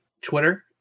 Twitter